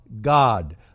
God